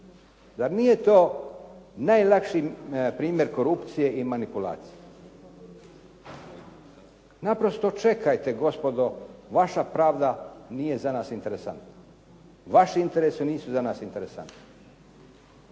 Zar nije to najlakši primjer korupcije i manipulacije? Naprosto čekajte gospodo, vaša pravda nije za nas interesantna. Vaši interesi nisu za nas interesantni.